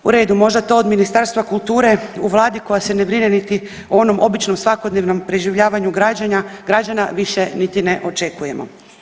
U redu možda to od Ministarstva kulture u vladi koja se ne brine niti o onom običnom svakodnevnom preživljavanju građana više niti ne očekujemo.